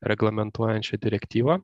reglamentuojančią direktyvą